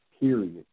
period